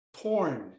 torn